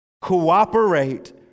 Cooperate